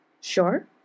Sure